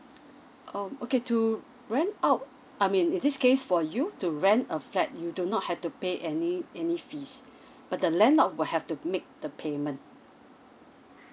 um okay to rent out I mean in this case for you to rent a flat you do not have to pay any any fees but the landlord will have to make the payment